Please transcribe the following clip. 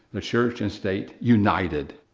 the church and state united.